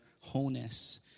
wholeness